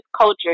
culture